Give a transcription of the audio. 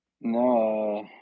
No